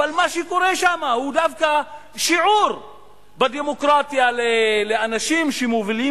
אבל מה שקורה שם הוא דווקא שיעור בדמוקרטיה לאנשים שמובילים